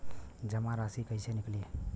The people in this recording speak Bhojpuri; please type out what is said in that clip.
जमा राशि कइसे निकली?